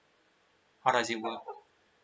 how does it work